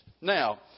Now